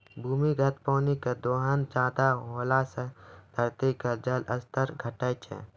भूमिगत पानी के दोहन ज्यादा होला से धरती के जल स्तर घटै छै